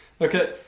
Okay